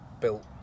built